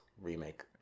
remake